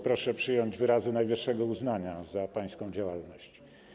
Proszę przyjąć wyrazy najwyższego uznania za pańską działalność.